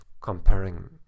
comparing